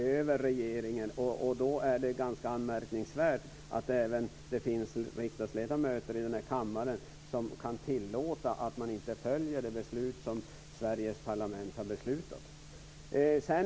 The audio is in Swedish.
Då är det anmärkningsvärt att det finns riksdagsledamöter som tillåter att regeringen inte följer de beslut som Sveriges parlament har fattat.